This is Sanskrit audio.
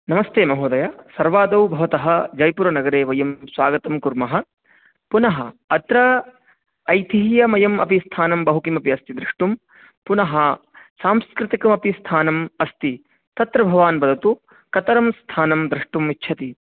नमस्ते महोदय सर्वादौ भवतः जयपुरनगरे वयं स्वागतं कुर्मः पुनः अत्र ऐतिह्यमयमपि स्थानं बहुकिमपि अस्ति द्रष्टुं पुनः सांस्कृतिकमपि स्थानम् अस्ति तत्र भवान् वदतु कतरम् स्थानं द्रष्टुमिच्छति